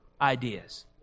ideas